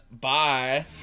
Bye